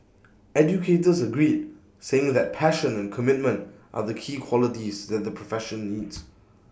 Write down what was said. educators agreed saying that passion and commitment are the key qualities that the profession needs